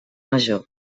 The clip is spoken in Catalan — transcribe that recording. major